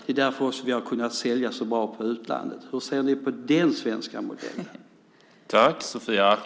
Det är därför vi har kunnat sälja så bra på utlandet. Hur ser ni på den svenska modellen?